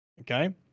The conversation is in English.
okay